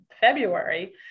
february